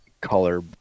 color